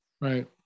Right